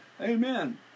amen